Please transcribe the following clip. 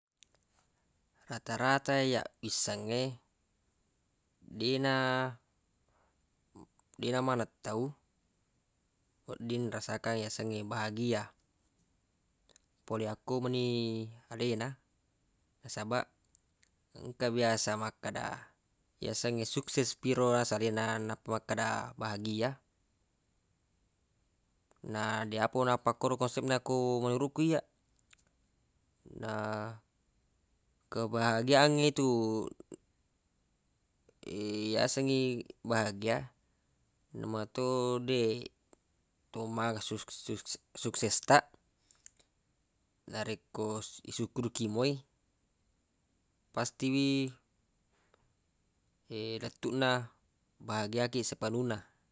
Rata-rata iyyaq wissengnge deq na deq na maneng tauwedding rasakang yasengnge bahagia pole akku meni alena nasabaq engka biasa makkeda yasengnge sukses pi ro naseng alena nappa makkeda bahagia na de apo nappakkoro konsep na ku menurukku iyyaq na kebahagiaan itu yasengngi bahagia namo to deq to maga suks- sus- sukses taq narekko isukkuruki moi pasti wi lettuq na bahagia kiq sepenu na